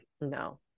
no